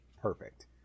perfect